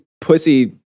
pussy